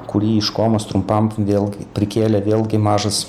kurį iš komos trumpam vėl prikėlė vėlgi mažas